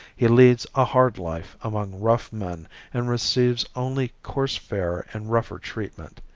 he leads a hard life among rough men and receives only coarse fare and rougher treatment.